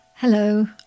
Hello